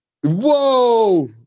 Whoa